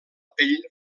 pell